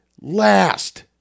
last